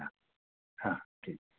हां हां ठीक